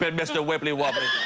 but mr. webley walker